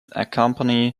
accompany